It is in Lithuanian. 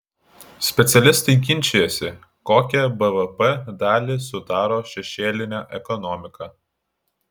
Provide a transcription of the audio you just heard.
specialistai ginčijasi kokią bvp dalį sudaro šešėlinė ekonomika